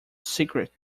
secret